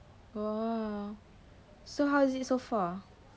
oh so how is it so far